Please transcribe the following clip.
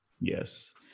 Yes